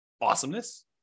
Awesomeness